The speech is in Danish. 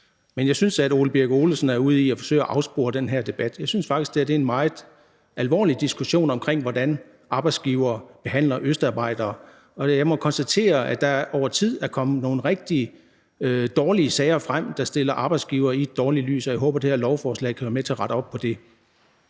Men jeg synes, at Ole Birk Olesen er ude i at forsøge at afspore den her debat. Jeg synes faktisk, det her er en meget alvorlig diskussion om, hvordan arbejdsgivere behandler østarbejdere. Og jeg må konstatere, at der over tid er kommet nogle rigtig dårlige sager frem, der stiller arbejdsgivere i et dårligt lys, og jeg håber, at det her lovforslag kan være med til at rette op på det.